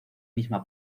misma